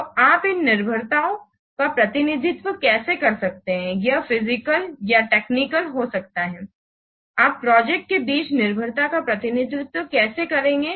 तो आप इन निर्भरताओं का प्रतिनिधित्व कैसे कर सकते हैं यह फिजिकल या टेक्निकल हो सकता है आप प्रोजेक्ट के बीच निर्भरता का प्रतिनिधित्व कैसे कर सकते हैं